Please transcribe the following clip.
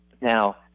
now